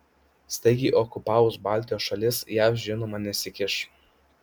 staigiai okupavus baltijos šalis jav žinoma nesikiš